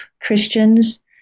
Christians